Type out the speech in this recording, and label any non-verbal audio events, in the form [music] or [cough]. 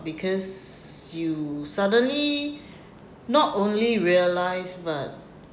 because you suddenly [breath] not only realise but